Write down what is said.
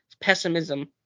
pessimism